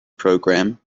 program